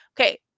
okay